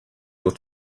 your